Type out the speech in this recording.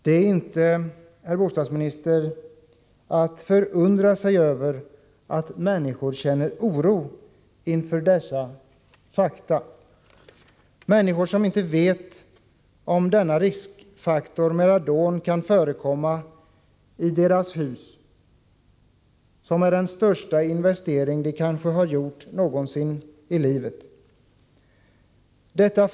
Det är inte, herr bostadsminister, att förundra sig över att människor känner oro inför dessa fakta, människor som inte vet om denna riskfaktor med radon kan förekomma i deras hus som är den största investering de kanske någonsin gjort i livet.